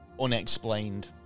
unexplained